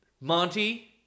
Monty